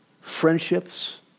friendships